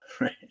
Right